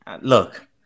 look